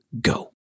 go